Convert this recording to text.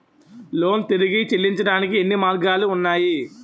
Loan తిరిగి చెల్లించటానికి ఎన్ని మార్గాలు ఉన్నాయి?